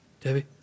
Debbie